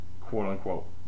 quote-unquote